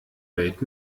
welt